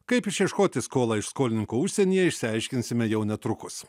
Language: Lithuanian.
kaip išieškoti skolą iš skolininko užsienyje išsiaiškinsime jau netrukus